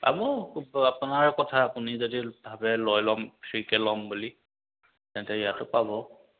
পাব খুব আপোনাৰ কথা আপুনি যদি ভাবে লৈ ল'ম ফ্ৰীকৈ ল'ম বুলি তেন্তে ইয়াতো পাব